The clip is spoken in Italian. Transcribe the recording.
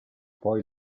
poi